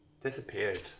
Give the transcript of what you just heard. disappeared